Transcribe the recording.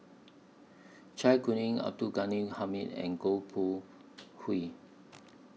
Zai Kuning Abdul Ghani Hamid and Goh Koh Hui